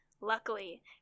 Luckily